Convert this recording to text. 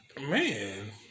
Man